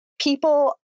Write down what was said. people